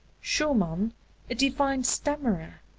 schumann a divine stammerer.